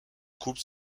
couples